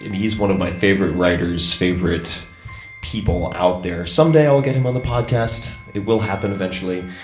and he's one of my favorite writers, favorite people out there. someday, i'll get him on the podcast it will happen eventually.